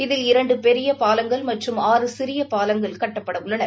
இதில் இரண்டு பெரிய பாலங்கள் மற்றும் ஆறு சிறிய பாலங்கள் கட்டப்படவுள்ளன